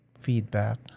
feedback